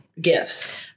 gifts